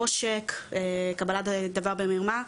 עושק, קבלת דבר במרמה.